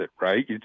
right